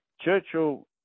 Churchill